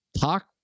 talk